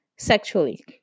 sexually